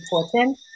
important